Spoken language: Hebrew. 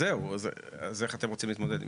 זהו, אז איך אתם רוצים להתמודד עם